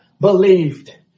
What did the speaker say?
believed